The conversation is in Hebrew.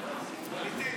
אמיתי.